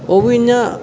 ओह् बी इ'यां